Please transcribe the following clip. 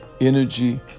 energy